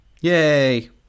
yay